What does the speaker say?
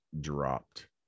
dropped